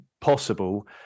possible